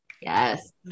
Yes